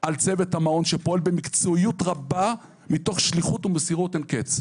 על צוות המעון שפועל במקצועיות רבה מתוך שליחות ומסירות אין קץ".